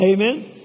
Amen